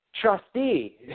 trustee